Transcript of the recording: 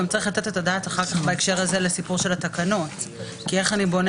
גם צריך לתת את הדעת אחר כך בהקשר הזה לסיפור של התקנות כי איך אני בונה